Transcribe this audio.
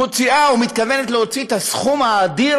מוציאה ומתכוונת להוציא את הסכום האדיר